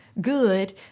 good